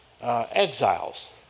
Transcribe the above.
exiles